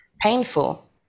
painful